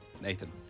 Nathan